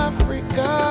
Africa